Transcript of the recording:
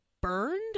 burned